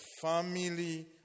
family